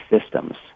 systems